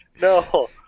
no